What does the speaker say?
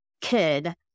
kid